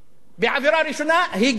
בעבירה ראשונה גדול יותר.